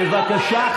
אפילו לא פוליטיקאית,